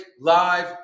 live